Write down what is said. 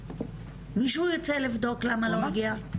מישהו ירצה לבדוק למה לא הגיע?